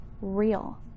real